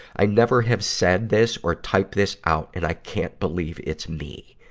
i never have said this or typed this out, and i can't believe it's me.